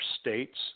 states